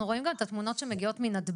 אנחנו רואים גם את התמונות שמגיעות מנתב"ג,